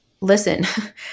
Listen